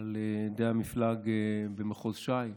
על ידי המפלג במחוז ש"י,